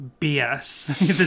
BS